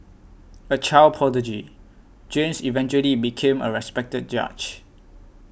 a child prodigy James eventually became a respected judge